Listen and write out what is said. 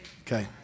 Okay